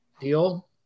deal